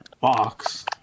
box